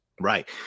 Right